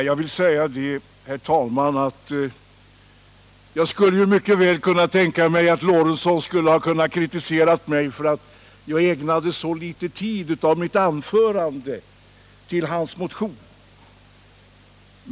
Herr talman! Jag kunde mycket väl tänka mig att Gustav Lorentzon skulle kritisera mig för att jag ägnade så liten tid av mitt anförande åt hans motion.